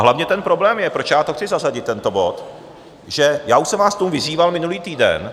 Hlavně ten problém je, proč chci zařadit tento bod, že už jsem vás k tomu vyzýval minulý týden.